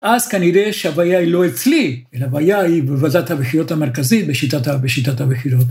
‫אז כנראה שהבעיה היא לא אצלי, ‫אלא בעיה היא בוועדת הבחירות המרכזית ‫בשיטת הבחירות.